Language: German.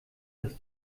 dass